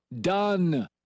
Done